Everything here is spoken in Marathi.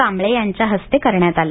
कांबळे यांच्या हस्ते करण्यात आलं